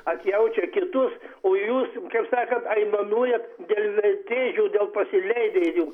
atjaučia kitus o jūs kaip sakant aimanuojat dėl vertėdžių dėl pasileidėlių